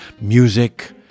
music